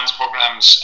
programs